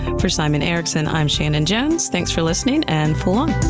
for simon erickson, i'm shannon jones. thanks for listening and fool on!